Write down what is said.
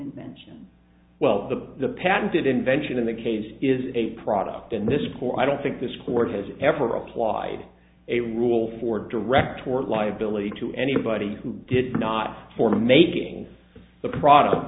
invention well the the patented invention in the case is a product in this court i don't think this court has ever applied a rule for direct tort liability to anybody who did not for making the product